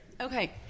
Okay